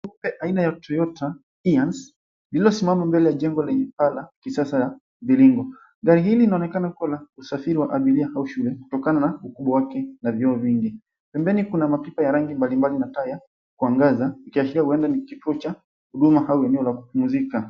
...aina ya Toyota Hiace, lililosimama mbele ya jengo la nyumba lenye paa la kisasa la mviringo. Gari hili linaonekana kuwa na usafiri wa abiria au shule kutokana na ukubwa wake na vioo vingi. Pembeni kuna mapipa ya rangi mbalimbali na taa ya kuangaza ikiashiria huenda ni kituo cha huduma au eneo la kupumzika.